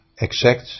exact